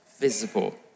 Visible